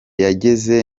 cyageze